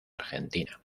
argentina